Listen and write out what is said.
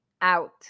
out